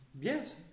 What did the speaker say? Yes